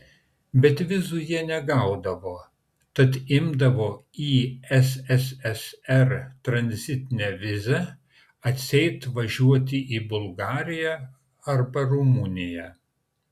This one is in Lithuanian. bet vizų jie negaudavo tad imdavo į sssr tranzitinę vizą atseit važiuoti į bulgariją arba rumuniją